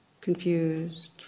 confused